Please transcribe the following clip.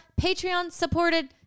Patreon-supported